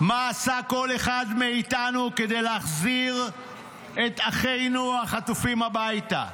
מה עשה כל אחד מאיתנו כדי להחזיר את אחינו החטופים הביתה.